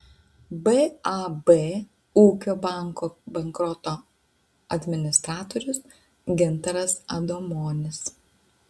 bab ūkio banko bankroto administratorius gintaras adomonis